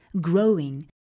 growing